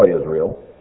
Israel